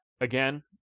again